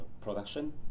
production